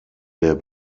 der